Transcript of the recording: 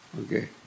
Okay